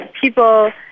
people